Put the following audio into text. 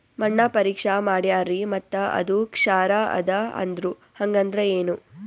ಮಣ್ಣ ಪರೀಕ್ಷಾ ಮಾಡ್ಯಾರ್ರಿ ಮತ್ತ ಅದು ಕ್ಷಾರ ಅದ ಅಂದ್ರು, ಹಂಗದ್ರ ಏನು?